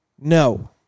No